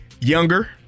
younger